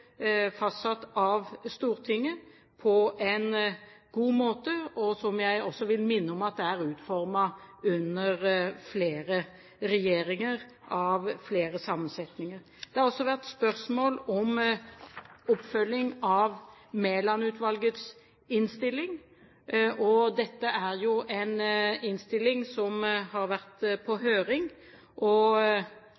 fastsatt av Stortinget, og som jeg også vil minne om er utformet under flere regjeringer, med flere sammensetninger. Det har også vært spørsmål om oppfølging av Mæland-utvalgets innstilling. Dette er en innstilling som har vært på